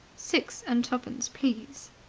six and twopence, please!